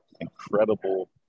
incredible